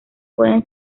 pueden